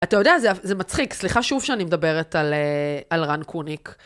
אתה יודע, זה מצחיק. סליחה שוב שאני מדברת על רן קוניק.